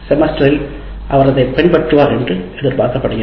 செமஸ்டரில் அவர் அதைப் பின்பற்றுவார் என்று எதிர்பார்க்கப்படுகிறது